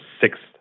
sixth